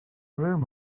room